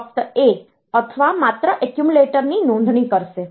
ફક્ત A અથવા માત્ર એક્યુમ્યુલેટર ની નોંધણી કરશે